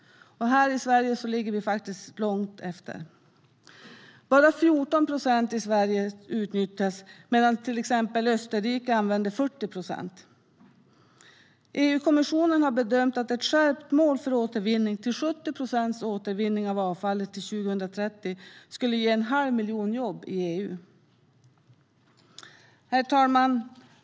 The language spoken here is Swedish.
Här i Sverige ligger vi faktiskt långt efter. Bara 14 procent utnyttjas i Sverige, medan till exempel Österrike använder 40 procent. EU-kommissionen har bedömt att ett skärpt mål för återvinning på 70 procents återvinning av avfallet till 2030 skulle ge en halv miljon jobb i EU. Herr talman!